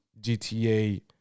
gta